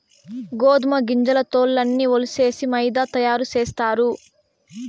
గోదుమ గింజల తోల్లన్నీ ఒలిసేసి మైదా తయారు సేస్తారు